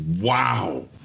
wow